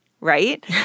right